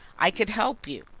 i could help you.